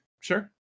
Sure